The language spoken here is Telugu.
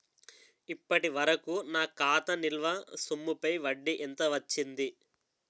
ఇప్పటి వరకూ నా ఖాతా నిల్వ సొమ్ముపై వడ్డీ ఎంత వచ్చింది?